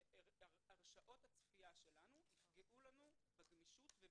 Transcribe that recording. הרשאות הצפייה שלנו יפגעו בגמישות התגובה